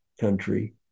country